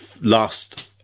last